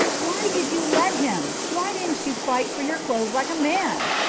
why did you let him? why didn't you fight for your clothes like a man?